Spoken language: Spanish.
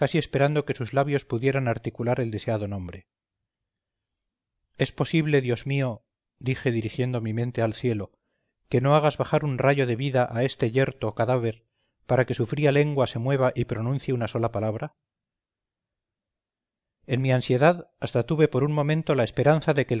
esperando que sus labios pudieran articular el deseado nombre es posible dios mío dije dirigiendo mi mente al cielo que no hagas bajar un rayo de vida a este yerto cadáver para que su fría lengua se mueva y pronuncie una sola palabra en mi ansiedad hasta tuve por un momento la esperanza de